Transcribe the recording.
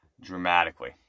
dramatically